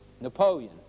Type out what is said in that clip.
Napoleon